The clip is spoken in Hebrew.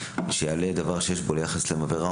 שיעלה דבר שיש בו לייחס להם עבירה,